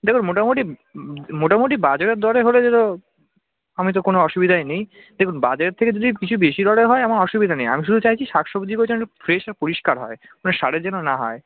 দেখুন মোটামোটি মোটামোটি বাজারের দরে হলে আমি তো কোনো অসুবিধাই নেই দেখুন বাজারের থেকে যদি কিছু বেশি দরের হয় আমার অসুবিধা নেই আমি শুধু চাইছি শাক সবজিগুলো যেন একটু ফ্রেশ আর পরিষ্কার হয় মানে সারের যেন না হয়